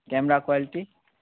camera quality